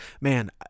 Man